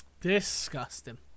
disgusting